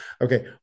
Okay